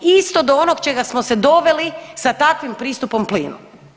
Isto do onog do čega smo se doveli sa takvim pristupom plinu.